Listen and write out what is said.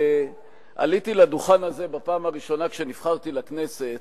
כשעליתי לדוכן הזה בפעם הראשונה לאחר שנבחרתי לכנסת,